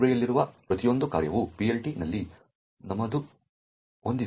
ಲೈಬ್ರರಿಯಲ್ಲಿರುವ ಪ್ರತಿಯೊಂದು ಕಾರ್ಯವು PLT ನಲ್ಲಿ ನಮೂದನ್ನು ಹೊಂದಿದೆ